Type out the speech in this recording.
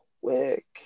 quick